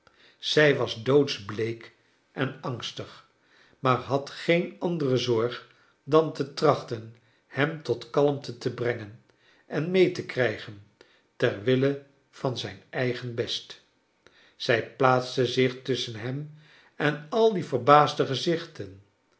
zij was doodsbleek en angstig maar had geen andere zorg dan te trachten hem tot kalmte te brengen en mee te krijgen ter wille van zijn eigen best zijj plaatste zich tusschen hem en al die verbaasde gezichten